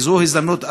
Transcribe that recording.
וזו הזדמנות,